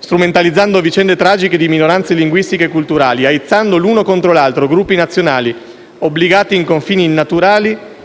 strumentalizzando vicende tragiche di minoranze linguistiche e culturali, aizzando l'uno contro l'altro gruppi nazionali, obbligati in confini innaturali,